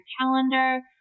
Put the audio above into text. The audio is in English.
calendar